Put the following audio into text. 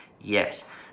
Yes